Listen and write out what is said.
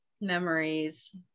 memories